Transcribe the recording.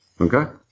Okay